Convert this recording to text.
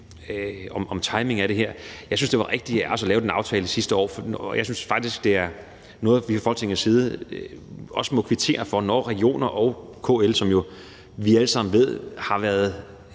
timingen af det her. Jeg synes, det var rigtigt af os at lave den aftale sidste år, og jeg synes faktisk også, det er noget, vi fra Folketingets side må kvittere for. At vi sammen med Danske Regioner og KL, som vi jo alle sammen ved ikke har været